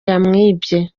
yamwibye